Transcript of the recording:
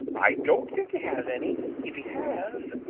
i don't think he has any if he has,